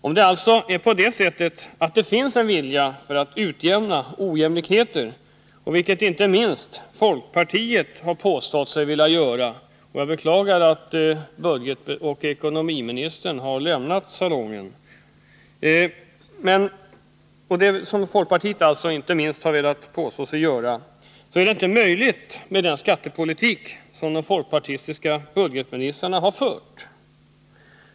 Om det alltså finns en vilja att utjämna olikheter, vilket inte minst folkpartiet har påstått sig vilja göra — jag beklagar att budgetoch ekonomiministern har lämnat salen — kan man konstatera att det inte är möjligt med den skattepolitik som de folkpartistiska budgetministrarna fört.